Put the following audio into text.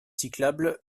cyclables